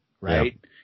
right